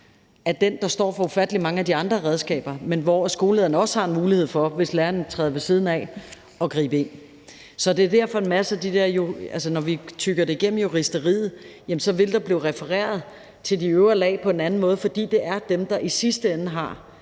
er den, der står for ufattelig mange af de andre redskaber, men hvor skolelederen også har en mulighed for, hvis læreren træder ved siden af, at gribe ind. Når vi tygger det igennem i juristeriet, vil der blive refereret til de øvre lag på en anden måde, fordi det er dem, der i sidste ende har